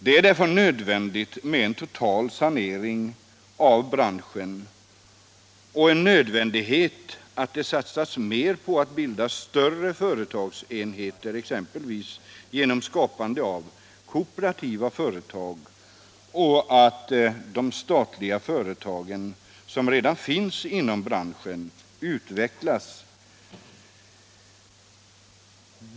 Det är därför nödvändigt att det görs en total sanering av branschen och att det satsas mer på att bilda större företagsenheter exempelvis genom skapande av kooperativa företag samt genom att de statliga företag som redan finns inom branschen utvecklas.